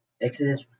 Exodus